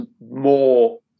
more